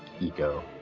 ego